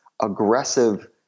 aggressive